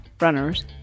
runners